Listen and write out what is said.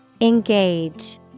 Engage